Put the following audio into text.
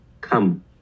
Come